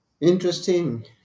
Interesting